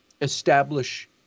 establish